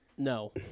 No